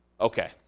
okay